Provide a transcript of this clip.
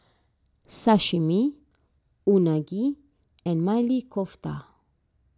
Sashimi Unagi and Maili Kofta